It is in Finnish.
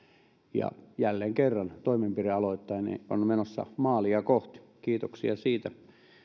jälleen kerran toimenpidealoitteeni on menossa maalia kohti kiitoksia siitä